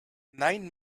nine